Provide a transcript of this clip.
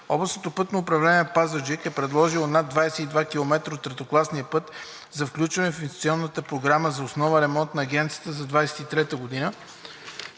Областно пътно управление – Пазарджик, е предложило над 22 км от третокласния път за включване в инвестиционната програма за основен ремонт на Агенцията за 2023 г.